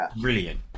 brilliant